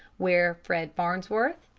where fred farnsworth,